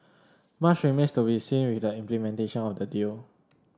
much remains to be seen with the implementation of the deal